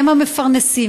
הם המפרנסים,